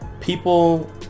people